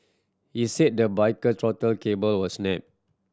he said the biker throttle cable was snapped